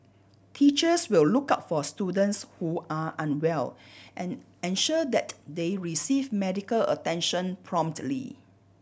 teachers will look out for students who are unwell and ensure that they receive medical attention promptly